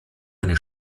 eine